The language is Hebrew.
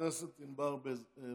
חברת הכנסת ענבר בזק.